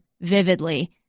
vividly